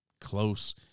close